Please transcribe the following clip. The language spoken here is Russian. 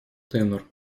тенор